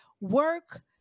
work